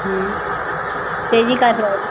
त्याची काय प्राईज आहे